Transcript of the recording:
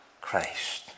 Christ